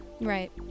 right